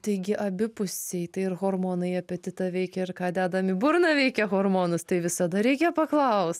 taigi abipusiai tai ir hormonai apetitą veikia ir ką dedam į burną veikia hormonus tai visada reikia paklaus